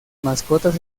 mascotas